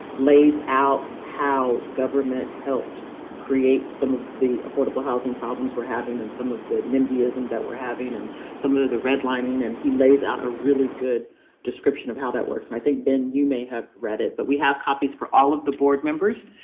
lays out how government helped create some of the affordable housing problems we're having, and some of the nimbyism that we're having, and some of of the redlining. and he lays out a really good description of how that works. and i think, ben, you may have read it. but we have copies for all of the board members.